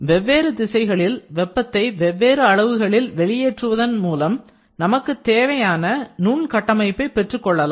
வெவ்வேறு திசைகளில் வெப்பத்தை வெவ்வேறு அளவுகளில் வெளியேற்றுவதன் மூலம் நமக்குத் தேவையான நுன் கட்டமைப்பை பெற்றுக்கொள்ளலாம்